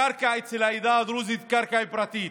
הקרקע אצל העדה הדרוזית היא קרקע פרטית.